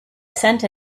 cent